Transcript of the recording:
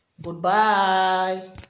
Goodbye